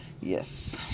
Yes